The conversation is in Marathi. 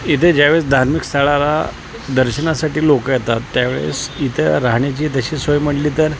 इथे ज्यावेळेस धार्मिक स्थळाला दर्शनासाठी लोकं येतात त्यावेळेस इथं राहण्याची तशी सोय म्हटली तर